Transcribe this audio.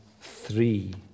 three